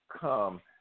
come